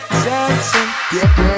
dancing